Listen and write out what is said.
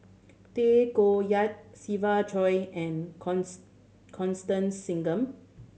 Tay Koh Yat Siva Choy and Constance Singam